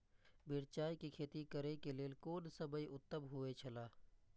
मिरचाई के खेती करे के लेल कोन समय उत्तम हुए छला?